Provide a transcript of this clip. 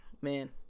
man